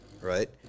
right